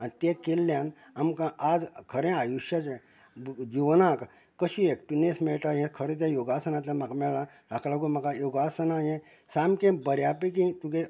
आनी ते केल्ल्यान आमकां आज खरें आयुश्याचें जिवनाक कशी एक्टीवनस मेळटा हें खरें ते योगासनांतल्यान म्हाका मेळ्ळां हाका लागून म्हाका योगासना हें सामकें बऱ्या पैकी तुगें